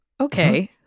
okay